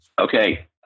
Okay